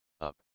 up